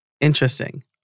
Interesting